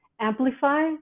amplify